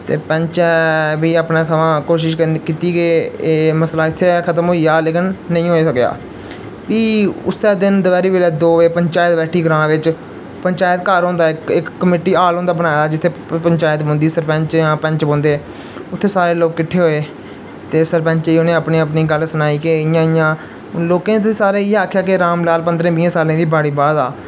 ते पैंचै बी अपनै थमां कोशश कीती के एह् मसला इत्थें गै खतम होई जा लेकिन नेईं होई सकेआ फ्ही उस्सै दिन दपैहरी बेल्लै दो बजे पंचैत बैठी ग्रांऽ बिच्च पंचायत घर होंदा इक कमेटी हाल होंदा बनाए दा जित्थें पंचायत बौंह्दी सरपैंच जां पैंच बौंह्दे उत्थें सारे लोग किट्ठे होए ते सरपैंचे गी उ'नें अपनी अपनी गल्ल सनाई के इ'यां इ'यां हून लोकें ते इ'यै आखेआ कि राम लाल पंदरें बीहें सालें दी बाड़ी बाह् दा